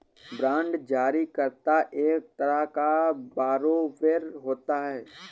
bond जारी करता एक तरह का बारोवेर होता है